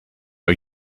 are